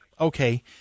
Okay